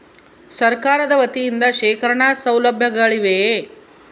ಸರಕಾರದ ವತಿಯಿಂದ ಶೇಖರಣ ಸೌಲಭ್ಯಗಳಿವೆಯೇ?